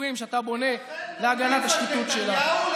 הביצורים שאתה בונה להגנה על השחיתות שלה.